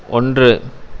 ஒன்று